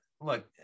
Look